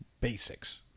basics